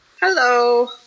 Hello